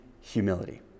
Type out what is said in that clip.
humility